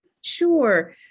Sure